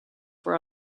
for